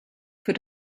für